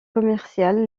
commercial